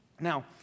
Now